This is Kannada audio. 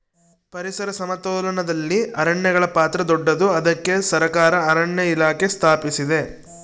ಪರಿಸರ ಸಮತೋಲನದಲ್ಲಿ ಅರಣ್ಯಗಳ ಪಾತ್ರ ದೊಡ್ಡದು, ಅದಕ್ಕೆ ಸರಕಾರ ಅರಣ್ಯ ಇಲಾಖೆ ಸ್ಥಾಪಿಸಿದೆ